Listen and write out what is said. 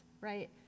right